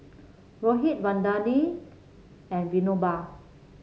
Rohit Vandana and Vinoba